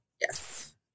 Yes